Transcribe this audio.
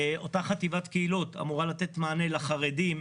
אותה חטיבת קהילות אמורה לתת מענה לחרדים,